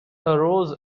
arose